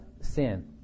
sin